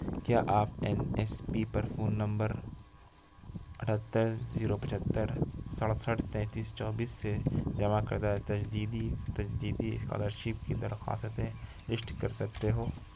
کیا آپ N S P پر فون نمبر اٹہتر زیرو پچہتر سڑسٹھ تینتیس چوبیس سے جمع کردہ تجدیدی تجدیدی اسکالرشپ کی درخواستیں لیشٹ کر سکتے ہو